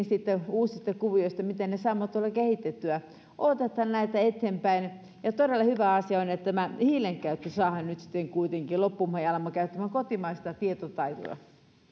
sitten muitakin uusia kuvioita mitä me saamme kehitettyä odotetaan näitä eteenpäin ja todella hyvä asia on että hiilen käyttö saadaan nyt sitten kuitenkin loppumaan ja alamme käyttämään kotimaista tietotaitoa